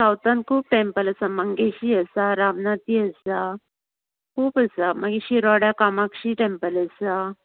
सावथानय खूब टँपल आसा मंगेशी आसा रामनाथी आसा मागीर शिरोड्या कामाक्षी टँपल आसा